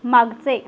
मागचे